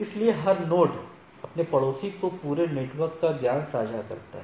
इसलिए हर नोड अपने पड़ोसी को पूरे नेटवर्क का ज्ञान साझा करता है